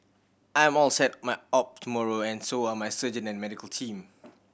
I'm all set my op tomorrow and so are my surgeon and medical team